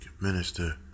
Minister